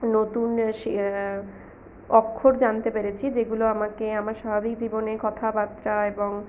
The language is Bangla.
নতুন অক্ষর জানতে পেরেছি যেগুলো আমাকে আমার স্বাভাবিক জীবনে কথাবার্তা এবং